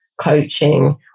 coaching